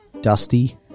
dusty